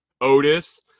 Otis